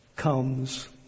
comes